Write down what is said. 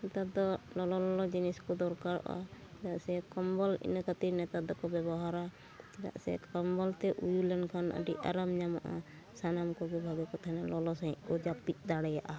ᱱᱮᱛᱟᱨ ᱫᱚ ᱞᱚᱞᱚ ᱞᱚᱞᱚ ᱡᱤᱱᱤᱥ ᱠᱚ ᱫᱚᱨᱠᱟᱨᱚᱜᱼᱟ ᱥᱮ ᱠᱚᱢᱵᱚᱞ ᱤᱱᱟᱹ ᱠᱷᱟᱹᱛᱤᱨ ᱱᱮᱛᱟᱨ ᱫᱚᱠᱚ ᱵᱮᱵᱚᱦᱟᱨᱟ ᱪᱮᱫᱟᱜ ᱥᱮ ᱠᱚᱢᱵᱚᱞ ᱛᱮ ᱩᱭᱩ ᱞᱮᱱᱠᱷᱟᱱ ᱟᱹᱰᱤ ᱟᱨᱟᱢ ᱧᱟᱢᱚᱜᱼᱟ ᱥᱟᱱᱟᱢ ᱠᱚᱜᱮ ᱵᱷᱟᱜᱮ ᱠᱚ ᱛᱟᱦᱮᱱᱟ ᱞᱚᱞᱚ ᱥᱟᱺᱦᱤᱡ ᱠᱚ ᱡᱟᱯᱤᱫ ᱫᱟᱲᱮᱭᱟᱜᱼᱟ